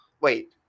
Wait